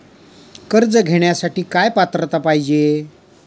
कर्ज घेण्यासाठी काय पात्रता पाहिजे?